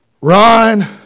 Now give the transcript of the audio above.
Run